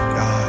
God